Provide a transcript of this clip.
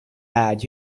lad